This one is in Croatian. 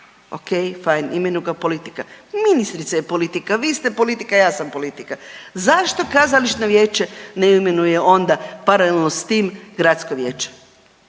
ok fajn imenuje ga politika. Ministrica je politika, vi ste politika, ja sam politika. Zašto kazališno vijeće ne imenuje onda paralelno s tim gradsko vijeće?